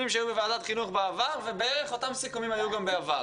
שהיו בוועדת חינוך בעבר ובערך אותם סיכומים היו גם בעבר.